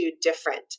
different